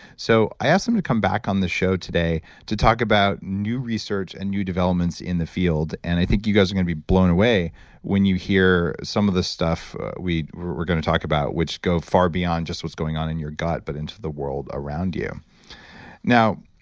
so i asked them to come back on the show today to talk about new research and new developments in the field. and i think you guys are going to be blown away when you hear some of the stuff we're we're going to talk about, which go far beyond just what's going on in your gut, but into the world around you now,